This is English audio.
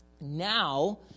Now